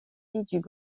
était